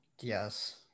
Yes